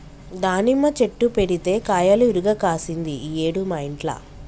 దానిమ్మ చెట్టు పెడితే కాయలు ఇరుగ కాశింది ఈ ఏడు మా ఇంట్ల